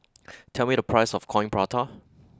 tell me the price of Coin Prata